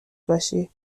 باشی